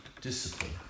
discipline